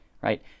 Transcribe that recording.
right